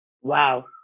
Wow